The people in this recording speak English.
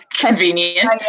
Convenient